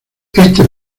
este